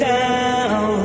down